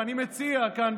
ואני מציע כאן,